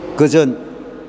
गोजोन